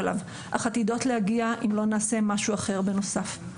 אליו אך עתידות להגיע אם לא נעשה משהו אחר בנוסף.